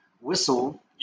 whistle